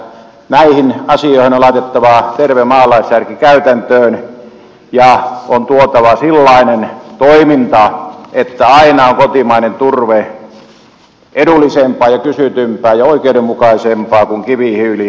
näissä asioissa on laitettava terve maalaisjärki käytäntöön ja on tuotava sellainen toiminta että aina on kotimainen turve edullisempaa ja kysytympää ja oikeudenmukaisempaa kuin kivihiili